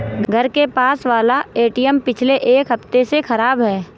घर के पास वाला एटीएम पिछले एक हफ्ते से खराब है